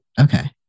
Okay